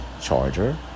charger